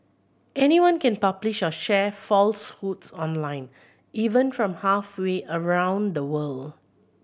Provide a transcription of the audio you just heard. anyone can publish or share falsehoods online even from halfway around the world